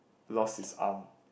lost his arm